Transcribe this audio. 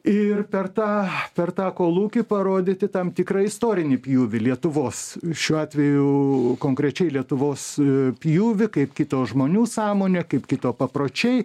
ir per tą per tą kolūkį parodyti tam tikrą istorinį pjūvį lietuvos šiuo atveju konkrečiai lietuvos pjūvį kaip kito žmonių sąmonė kaip kito papročiai